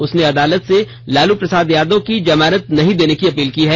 उसने अदालत से लालू प्रसाद को जमानत नहीं देने की अपील की है